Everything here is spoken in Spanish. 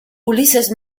ulises